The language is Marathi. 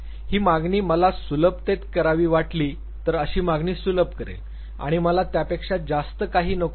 ही मागणी मला सुलभतेत करावी वाटली तर अशी मागणी सुलभ करेल आणि मला त्यापेक्षा जास्त काही नको आहे